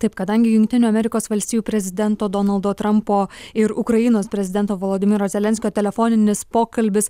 taip kadangi jungtinių amerikos valstijų prezidento donaldo trampo ir ukrainos prezidento volodymyro zelenskio telefoninis pokalbis